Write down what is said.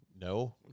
no